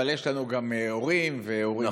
אבל יש לנו גם הורים והורים-של,